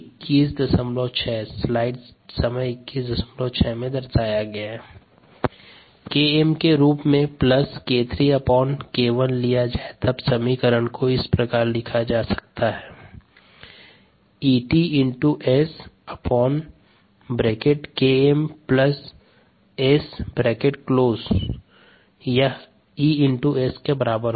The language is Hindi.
EtSk2k3k1SES संदर्भ स्लाइड टाइम 2106 EtSk2k3k1SES Km के रूप में 𝒌𝟑𝒌𝟏 लिया जाए तब समीकरण को इस प्रकार लिखा जा सकता है कि 𝐸𝑡 𝑺 𝑲𝒎 𝑺 जो 𝑬𝑺 के बराबर है